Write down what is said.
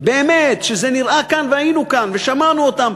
באמת שזה נראה כאן והיינו כאן ושמענו אותם,